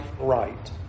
right